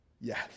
yes